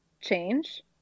change